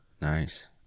Nice